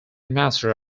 master